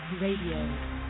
RADIO